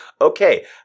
Okay